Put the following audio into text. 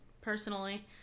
personally